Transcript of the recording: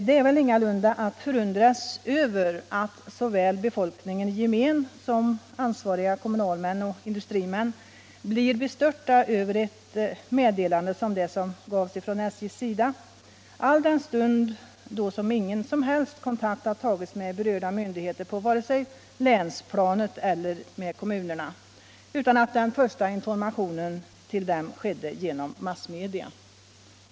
Det är ingalunda att förundra sig över att såväl befolkningen i gemen som ansvariga kommunalmän och industrimän blir bestörta över ett meddelande som det som gavs från SJ:s sida alldenstund ingen som helst kontakt tagits med berörda myndigheter vare sig på länsplanet eller inom kommunerna, utan den första informationen till dem skedde genom massmedia.